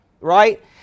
right